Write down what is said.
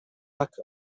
tak